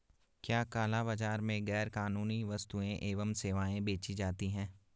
क्या काला बाजार में गैर कानूनी वस्तुएँ एवं सेवाएं बेची जाती हैं?